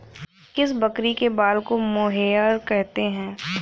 किस बकरी के बाल को मोहेयर कहते हैं?